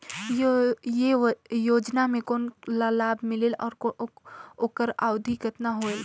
ये योजना मे कोन ला लाभ मिलेल और ओकर अवधी कतना होएल